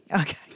Okay